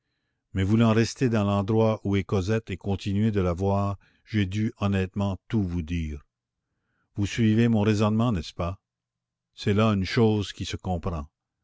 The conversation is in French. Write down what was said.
mais voulant rester dans l'endroit où est cosette et continuer de la voir j'ai dû honnêtement tout vous dire vous suivez mon raisonnement n'est-ce pas c'est là une chose qui se comprend